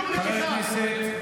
בשביל זה אתה בכנסת.